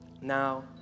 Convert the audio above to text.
Now